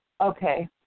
Okay